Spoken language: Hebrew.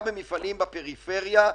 בעיקר במפעלים בפריפריה.